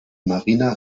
marina